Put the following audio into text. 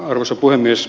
arvoisa puhemies